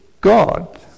God